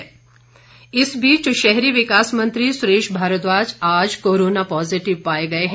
भारद्वाज इस बीच शहरी विकास मंत्री सुरेश भारद्वाज आज कोरोना पॉजिटिव पाए गए हैं